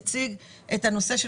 סגן השר יאיר גולן יציג את הנושא של